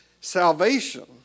Salvation